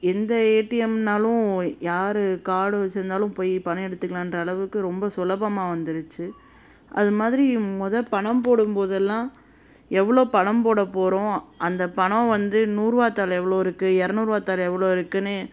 எந்த ஏடிஎம்னாலும் யார் கார்டு வச்சிருந்தாலும் போய் பணம் எடுத்துக்கலான்ற அளவுக்கு ரொம்ப சுலபமாக வந்துருச்சு அது மாதிரி முத பணம் போடும் போதெல்லாம் எவ்வளோ பணம் போட போகிறோம் அந்த பணம் வந்து நூறுபா தாள் எவ்வளோ இருக்குது இரநூறுவா தாள் எவ்வளோ இருக்குதுன்னு